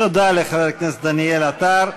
תודה לחבר הכנסת דניאל עטר.